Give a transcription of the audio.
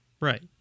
Right